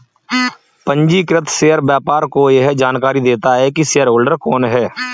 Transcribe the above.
पंजीकृत शेयर व्यापार को यह जानकरी देता है की शेयरहोल्डर कौन है